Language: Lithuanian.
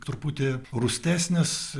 truputį rūstesnis